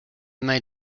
mig